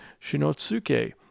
Shinotsuke